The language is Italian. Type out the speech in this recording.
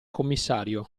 commissario